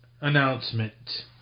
announcement